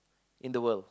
in the world